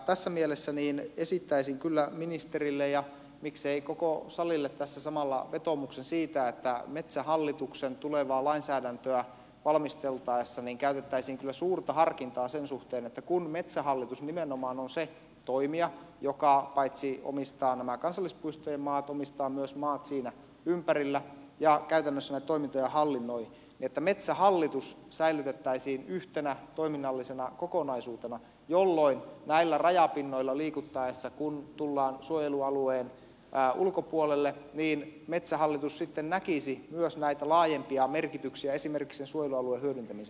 tässä mielessä esittäisin kyllä ministerille ja miksi en koko salille tässä samalla vetoomuksen siitä että metsähallituksen tulevaa lainsäädäntöä valmisteltaessa käytettäisiin kyllä suurta harkintaa sen suhteen että kun metsähallitus nimenomaan on se toimija joka paitsi omistaa nämä kansallispuistojen maat myös omistaa maat siinä ympärillä ja käytännössä näitä toimintoja hallinnoi metsähallitus säilytettäisiin yhtenä toiminnallisena kokonaisuutena jolloin näillä rajapinnoilla liikuttaessa kun tullaan suojelualueen ulkopuolelle metsähallitus sitten näkisi myös näitä laajempia merkityksiä esimerkiksi sen suojelualueen hyödyntämisen